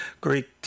great